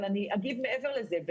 אבל אני אגיד מעבר לזה,